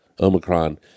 Omicron